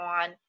on